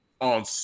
on